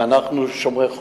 ואנחנו שומרי חוק,